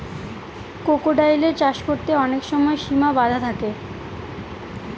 ক্রোকোডাইলের চাষ করতে অনেক সময় সিমা বাধা থাকে